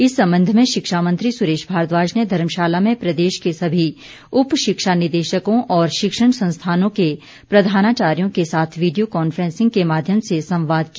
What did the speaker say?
इस संबंध में शिक्षा मंत्री सुरेश भारद्वाज ने धर्मशाला में प्रदेश के सभी उप शिक्षा निदेशकों और शिक्षण संस्थानों के प्रधानाचार्यों के साथ वीडियों कान्फ्रैंसिंग के माध्यम से संवाद किया